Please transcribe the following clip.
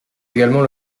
également